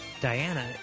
Diana